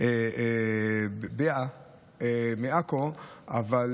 ביאעה מעכו פרט להתנצלות,